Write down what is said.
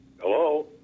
Hello